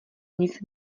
nic